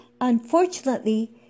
Unfortunately